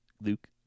Luke